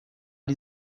die